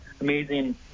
amazing